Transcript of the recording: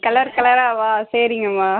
colour கலராகவா சரிங்கம்மா